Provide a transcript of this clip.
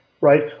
Right